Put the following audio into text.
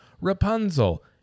Rapunzel